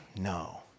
No